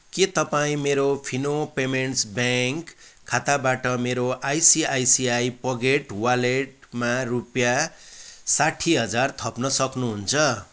के तपाईँ मेरो फिनो पेमेन्ट्स ब्याङ्क खाताबाट मेरो आइसिआइसिआई पकेट वालेटमा रुपियाँ साठी हजार थप्न सक्नुहुन्छ